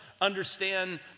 understand